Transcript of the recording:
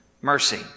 mercy